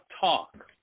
talk